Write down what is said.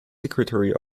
secretary